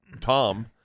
Tom